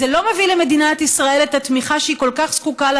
זה לא מביא למדינת ישראל את התמיכה שהיא כל כך זקוקה לה,